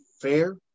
fair